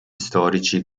storici